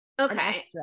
Okay